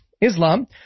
Islam